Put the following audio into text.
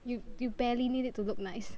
you you barely need it to look nice